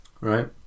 right